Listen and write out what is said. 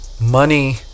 money